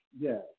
yes